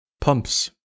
Pumps